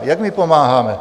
Jak my pomáháme?